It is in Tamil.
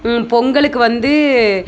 பொங்கலுக்கு வந்து